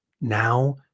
Now